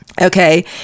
Okay